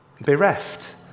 bereft